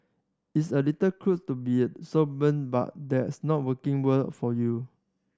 it's a little cruel to be so blunt but that's not working world for you